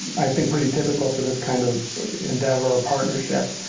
i think pretty typical for this kind of endeavor or partnership,